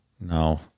No